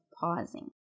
pausing